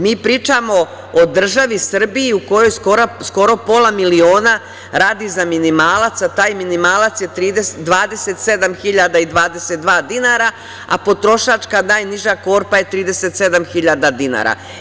Mi pričamo o državi Srbiji u kojoj skoro pola miliona radi za minimalac, a taj minimalac je 27.022 dinara, a potrošačka najniža korpa je 37.000 dinara.